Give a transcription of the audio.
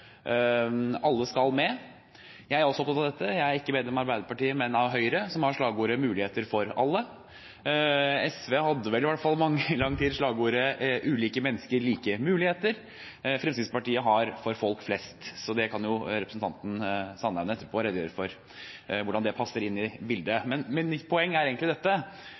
alle». SV hadde i lang tid slagordet «Ulike mennesker, like muligheter». Fremskrittspartiet har «For folk flest», og det kan representanten Sandaune redegjøre for etterpå, hvordan det passer inn i bildet. Mitt poeng er egentlig dette: